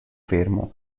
fermo